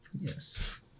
Yes